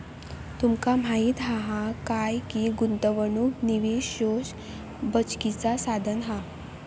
तुमका माहीत हा काय की गुंतवणूक निवेश कोष बचतीचा साधन हा